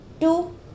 Two